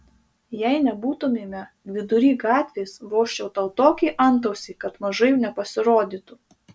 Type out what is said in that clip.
jei nebūtumėme vidury gatvės vožčiau tau tokį antausį kad mažai nepasirodytų